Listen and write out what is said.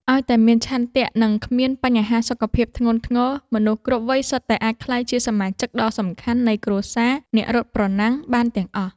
ឱ្យតែមានឆន្ទៈ និងគ្មានបញ្ហាសុខភាពធ្ងន់ធ្ងរ មនុស្សគ្រប់វ័យសុទ្ធតែអាចក្លាយជាសមាជិកដ៏សំខាន់នៃគ្រួសារអ្នករត់ប្រណាំងបានទាំងអស់។